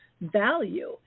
value